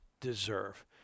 deserve